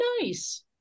nice